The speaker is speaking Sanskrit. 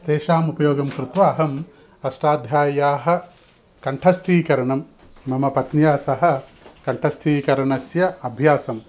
तेषाम् उपयोगं कृत्वा अहम् अष्टाध्याय्याः कण्ठस्थीकरणं मम पत्न्या सह कण्ठस्थीकरणस्य अभ्यासं